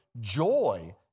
joy